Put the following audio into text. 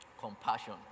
Compassion